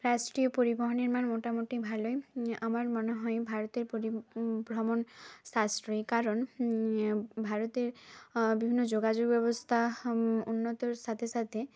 রাষ্ট্রীয় পরিবহনের মান মোটামুটি ভালোই আমার মনে হয় ভারতের পরি বহন সাশ্রয়ী কারণ ভারতের বিভিন্ন যোগাযোগ ব্যবস্থা উন্নতর সাথে সাথে